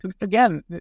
Again